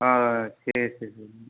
ஓ சரி சரி